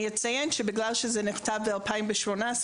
אציין שבגלל שזה נכתב ב-2018,